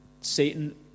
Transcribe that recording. Satan